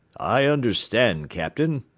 i understand, captain,